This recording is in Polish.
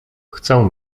chcę